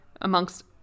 amongst